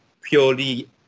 purely